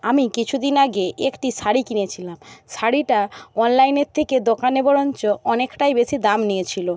আমি কিছু দিন আগে একটি শাড়ি কিনেছিলাম শাড়িটা অনলাইনের থেকে দোকানে বরঞ্চ অনেকটাই বেশি দাম নিয়েছিল